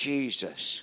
Jesus